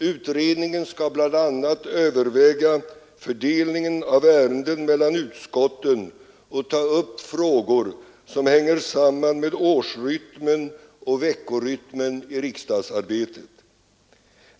Utredningen skall bl.a. överväga fördelningen av ärenden mellan utskotten och ta upp frågor som hänger samman med årsrytmen och veckorytmen i riksdagsarbetet.